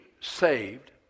saved